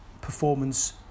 performance